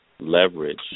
leverage